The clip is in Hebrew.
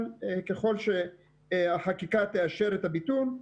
אבל ככל שהחקיקה תאשר את הביטול,